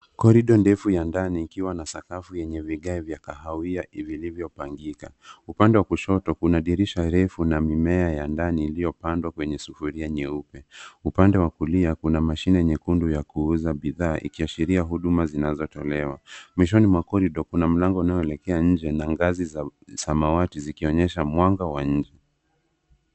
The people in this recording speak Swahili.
Korido ndefu ya ndani ikiwa na sakafu yenye vigae vya kahawia vilivyopangika. Upande wa kushoto, kuna dirisha refu na mimea ya ndani iliyopandwa kwenye sufuria nyeupe. Upande wa kulia kuna mashine nyekundu ya kuuza bidhaa ikiashiria huduma zinazotolewa. Mwishoni mwa corridor kuna mlango unaoelekea nje na ngazi za samawati zikionyesha mwanga wa nje.